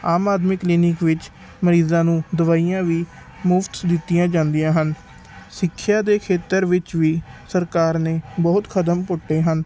ਆਮ Aadmi clinic ਵਿੱਚ ਮਰੀਜ਼ਾਂ ਨੂੰ ਦਵਾਈਆਂ ਵੀ ਮੁਫਤ ਦਿੱਤੀਆਂ ਜਾਂਦੀਆਂ ਹਨ ਸਿੱਖਿਆ ਦੇ ਖੇਤਰ ਵਿੱਚ ਵੀ ਸਰਕਾਰ ਨੇ ਬਹੁਤ ਕਦਮ ਪੁੱਟੇ ਹਨ